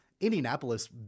Indianapolis